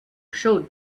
showed